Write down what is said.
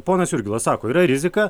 ponas jurgilas sako yra rizika